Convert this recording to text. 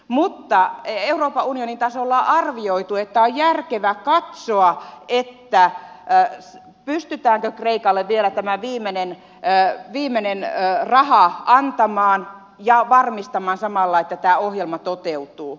mutta euroopan unionin tasolla on arvioitu että on järkevää katsoa pystytäänkö kreikalle vielä tämä viimeinen raha antamaan ja varmistamaan samalla että tämä ohjelma toteutuu